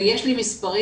ויש לי מספרים,